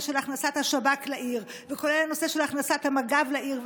הנושא של הכנסת שב"כ לעיר וכולל הנושא של הכנסת מג"ב לעיר.